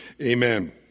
Amen